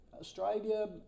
Australia